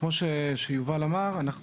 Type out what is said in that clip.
כמו שיובל אמר,